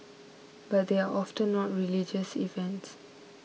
but they are often not religious events